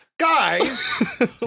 Guys